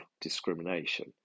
discrimination